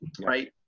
Right